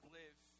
live